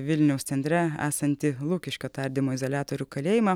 vilniaus centre esantį lukiškių tardymo izoliatorių kalėjimą